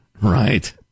right